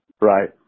Right